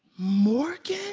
morgan